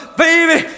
baby